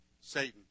Satan